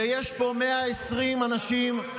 ויש פה 120 אנשים,